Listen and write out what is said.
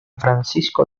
francisco